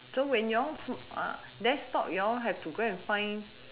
so when you all desktop you all have to go and find